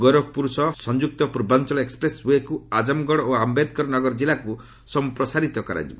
ଗୋରଖପୁର ସହ ସଂଯୁକ୍ତ ପୂର୍ବାଞ୍ଚଳ ଏକ୍ସପ୍ରେସ୍ ୱେକୁ ଆଜମଗଡ ଓ ଆୟେଦକର ନଗର ଜିଲ୍ଲାକୁ ସମ୍ପ୍ରସାରିତ କରାଯିବ